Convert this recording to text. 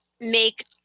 make